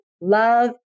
Love